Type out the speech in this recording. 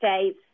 states